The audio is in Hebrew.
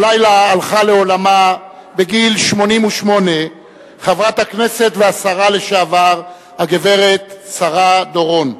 הלילה הלכה לעולמה בגיל 88 חברת הכנסת והשרה לשעבר הגברת שרה דורון.